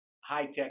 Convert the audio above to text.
high-tech